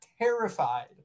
terrified